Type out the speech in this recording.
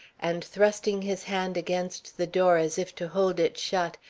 and thrusting his hand against the door as if to hold it shut,